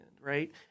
Right